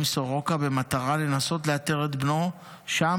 סורוקה במטרה לנסות לאתר את בנו שם,